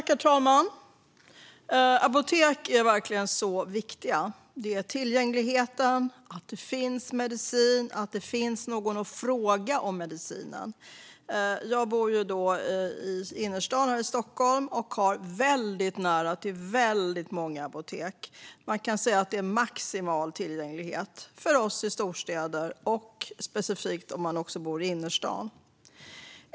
Herr talman! Apotek är verkligen viktiga. Det gäller tillgänglighet, att det finns medicin och att det finns någon att fråga om medicinen. Jag bor i innerstaden i Stockholm och har väldigt nära till väldigt många apotek. Man kan säga att det är maximal tillgänglighet för oss som bor i storstäder och specifikt om man bor i innerstaden.